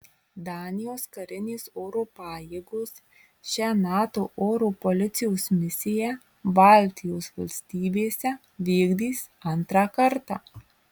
danijos karinės oro pajėgos šią nato oro policijos misiją baltijos valstybėse vykdys antrą kartą